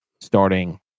starting